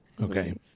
Okay